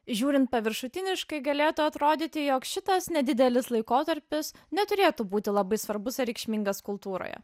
žiūrint paviršutiniškai galėtų atrodyti jog šitas nedidelis laikotarpis neturėtų būti labai svarbus ar reikšmingas kultūroje